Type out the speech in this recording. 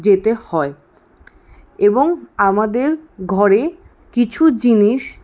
যেতে হয় এবং আমাদের ঘরে কিছু জিনিস